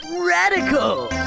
Radical